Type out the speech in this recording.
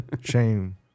Shame